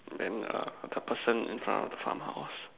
then err the person in front of the farm house